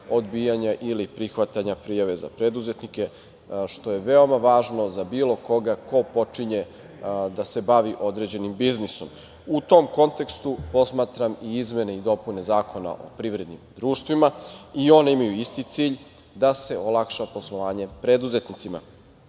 odbijanja ili prihvatanja prijave za preduzetnike, što je veoma važno za bilo koga ko počinje da se bavi određenim biznisom.U tom kontekstu posmatram i izmene i dopune Zakona o privrednim društvima i one imaju isti cilj – da se olakša poslovanje preduzetnicima.